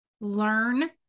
learn